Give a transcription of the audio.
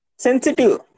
Sensitive